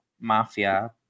mafia